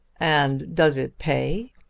and does it pay?